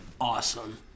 awesome